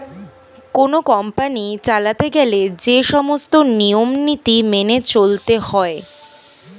কোন কোম্পানি চালাতে গেলে যে সমস্ত নিয়ম নীতি মেনে চলতে হয়